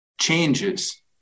changes